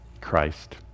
Christ